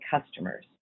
customers